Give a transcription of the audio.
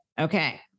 Okay